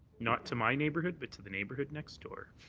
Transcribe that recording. not to my neighbourhood but to the neighbourhood next door.